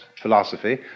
philosophy